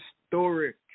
historic